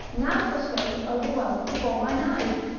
now prostrate and overwhelmed before mine eyes?